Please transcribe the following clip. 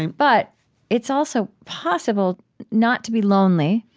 but it's also possible not to be lonely,